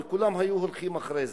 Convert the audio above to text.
וכולם היו הולכים אחרי זה.